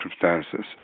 circumstances